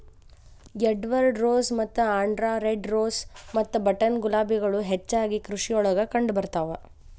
Edward rose ಮತ್ತ Andra red rose ಮತ್ತ button ಗುಲಾಬಿಗಳು ಹೆಚ್ಚಾಗಿ ಕೃಷಿಯೊಳಗ ಕಂಡಬರ್ತಾವ